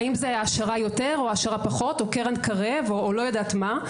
האם זה העשרה יותר או העשרה פחות או קרן קרב או לא יודעת מה.